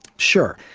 sure.